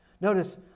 Notice